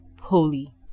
holy